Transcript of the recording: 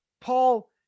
paul